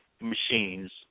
machines